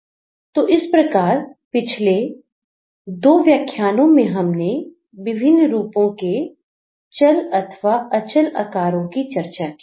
तो इस प्रकार पिछले दो व्याख्यानों में हमने विभिन्न रूपों के चल अथवा अचल आकारों की चर्चा की